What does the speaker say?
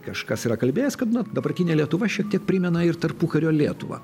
kažkas yra kalbėjęs kad na dabartinė lietuva šiek tiek primena ir tarpukario lietuvą